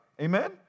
Amen